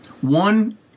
One